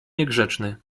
niegrzeczny